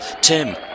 Tim